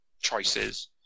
choices